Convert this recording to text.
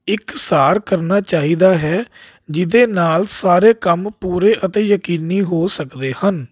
ਇੱਕ ਸਾਰ ਕਰਨਾ ਚਾਹੀਦਾ ਹੈ ਜਿਹਦੇ ਨਾਲ ਸਾਰੇ ਕੰਮ ਪੂਰੇ ਅਤੇ ਯਕੀਨੀ ਹੋ ਸਕਦੇ ਹਨ